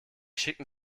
schicken